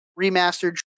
Remastered